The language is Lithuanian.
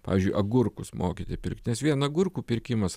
pavyzdžiui agurkus mokyti pirkt nes vien agurkų pirkimas